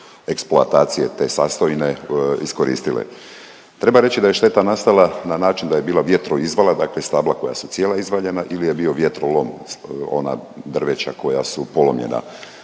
eksploatacije te sastojine iskoristile. Treba reći da je šteta nastala na način da je bila vjetroizvala, dakle stabla koja su cijela izvaljena ili je bio vjetrolom, ona drveća koja su polomljena.